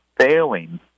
failing